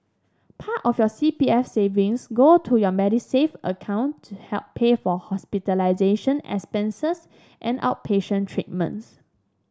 part of your C P F savings go to your Medisave account to help pay for hospitalization expenses and outpatient treatments